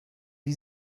wie